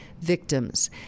victims